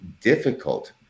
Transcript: difficult